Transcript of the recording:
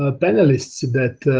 ah panelists that